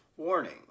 Warning